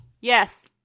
Yes